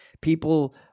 people